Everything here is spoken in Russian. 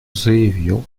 заявил